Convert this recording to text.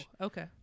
Okay